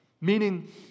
Meaning